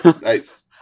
Nice